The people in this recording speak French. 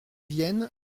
vienne